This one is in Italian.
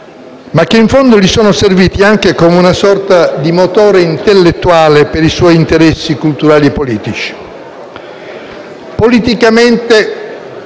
ma che in fondo gli sono serviti anche come una sorta di motore intellettuale per i suoi interessi culturali e politici. Politicamente,